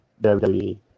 WWE